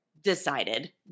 decided